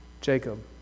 Jacob